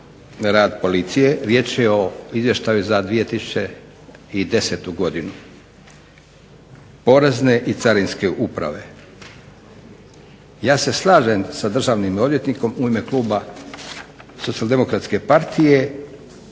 radu policije, riječ je o izvještaju za 2010. godinu, porezne i carinske uprave. ja se slažem sa državnim odvjetnikom u ime Kluba SDP-a prvi